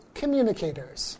communicators